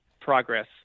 progress